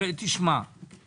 אני